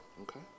Okay